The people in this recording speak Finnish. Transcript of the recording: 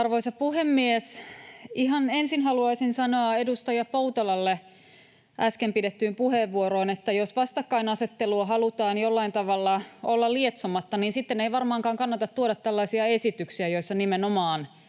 Arvoisa puhemies! Ihan ensin haluaisin sanoa edustaja Poutalalle äsken pidettyyn puheenvuoroon, että jos vastakkainasettelua halutaan jollain tavalla olla lietsomatta, niin sitten ei varmaankaan kannata tuoda tällaisia esityksiä, joissa nimenomaan